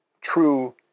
true